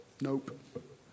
nope